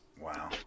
Wow